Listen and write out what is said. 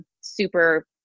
super